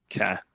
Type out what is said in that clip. Okay